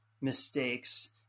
mistakes